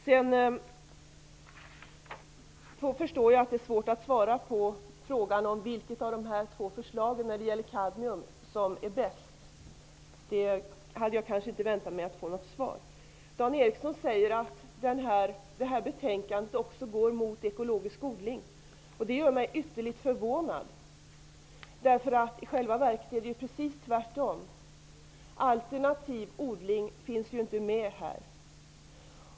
Jag förstår att det är svårt att svara på frågan om vilket av de två förslagen när det gäller kadmium som är bäst. Jag hade kanske inte väntat mig att få något svar på den. Dan Ericsson säger att det här betänkandet också går mot ekologisk odling. Det gör mig ytterligt förvånad. I själva verket är det ju precis tvärtom. Alternativ odling finns inte med här.